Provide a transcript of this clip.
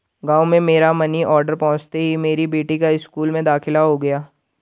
गांव में मेरा मनी ऑर्डर पहुंचते ही मेरी बेटी का स्कूल में दाखिला हो गया